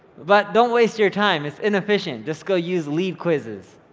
but don't waste your time it's inefficient, just go use lead quizzes.